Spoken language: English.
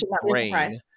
brain